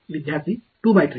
विद्यार्थीः 23